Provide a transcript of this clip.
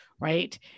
Right